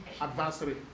adversary